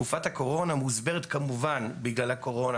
בתקופת הקורונה מוסברת כמובן בגלל הקורונה